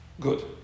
Good